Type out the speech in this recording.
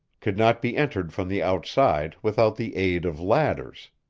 could not be entered from the outside without the aid of ladders.